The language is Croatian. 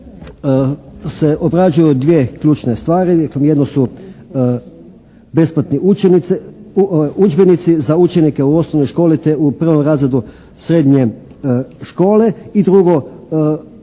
se obrađuju dvije ključne stvari. Jedno su besplatni udžbenici za učenike u osnovnoj školi te u prvom razredu srednje škole. I drugo,